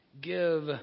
give